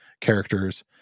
characters